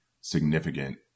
significant